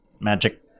magic